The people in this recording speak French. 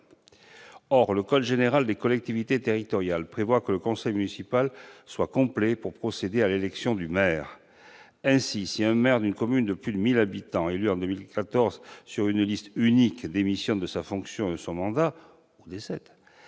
Or, le code général des collectivités territoriales prévoit que le conseil municipal doit être complet pour procéder à l'élection du maire. Ainsi, si un maire d'une commune de plus de 1 000 habitants, élu en 2014 sur une liste unique, démissionne de sa fonction et de son mandat- ou décède